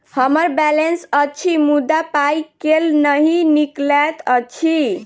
हम्मर बैलेंस अछि मुदा पाई केल नहि निकलैत अछि?